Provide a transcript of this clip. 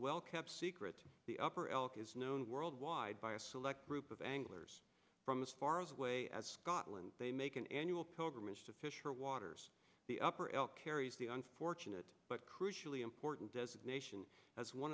well kept secret the upper elk is known worldwide by a select group of anglers from as far as way as scotland they make an annual pilgrimage to fisher waters the upper elk carries the unfortunate but crucially important